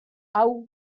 hau